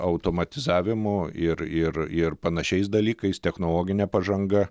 automatizavimu ir ir ir panašiais dalykais technologine pažanga